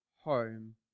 home